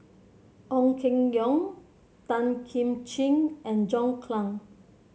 Ong Keng Yong Tan Kim Ching and John Clang